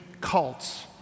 cults